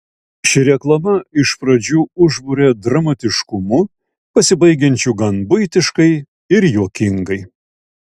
ši reklama iš pradžių užburia dramatiškumu pasibaigiančiu gan buitiškai ir juokingai